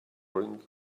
bring